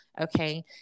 Okay